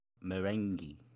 meringue